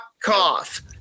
cough